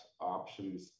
options